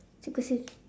so kesian